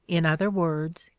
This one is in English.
in other words,